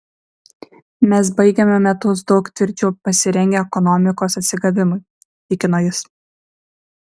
mes baigiame metus daug tvirčiau pasirengę ekonomikos atsigavimui tikino jis